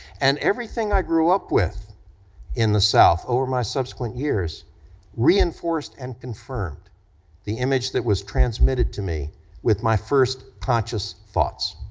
and everything i grew up with in the south over my subsequent years reinforced and confirmed the image that was transmitted to me with my first conscious thoughts.